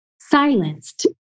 silenced